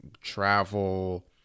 travel